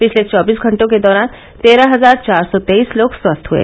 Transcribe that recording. पिछले चौबीस घंटों के दौरान तेरह हजार चार सौ तेईस लोग स्वस्थ हुए